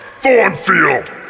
Thornfield